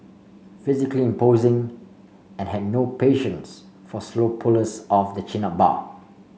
physically imposing and had no patience for slow pullers of the chin up bar